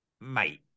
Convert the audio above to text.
mate